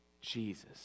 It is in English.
Jesus